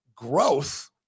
growth